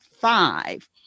five